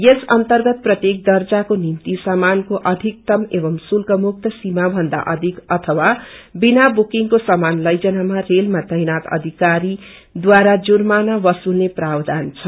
यस अन्तरगत प्रत्येक दर्जाक्रो निभ्ति सामानको अधिक्तम एवम् शुल्क मुक्त सीमा पन्दा अधिक अथवा बिना बुकिंगको समान लैजनामा रेलमा तैनात अधिकारीद्वारा जुर्माना बसुलने प्रावधान छ